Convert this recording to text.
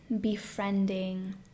befriending